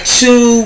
two